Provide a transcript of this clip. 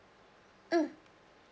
mm